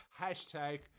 Hashtag